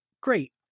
great